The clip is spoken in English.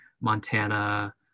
Montana